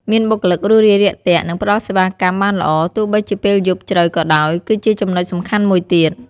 មានបុគ្គលិករួសរាយរាក់ទាក់ និងផ្តល់សេវាកម្មបានល្អ ទោះបីជាពេលយប់ជ្រៅក៏ដោយ គឺជាចំណុចសំខាន់មួយទៀត។